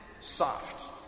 soft